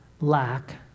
lack